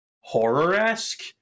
horror-esque